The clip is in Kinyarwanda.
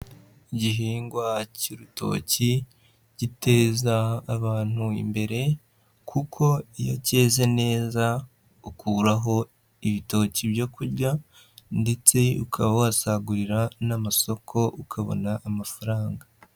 Igihingwa cy'urutoki giteza abantu imbere kuko iyo keze neza ukuraho ibitoki byo kurya ndetse ukaba wasagurira n'amasoko ukabona amafaranga.